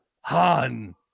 Han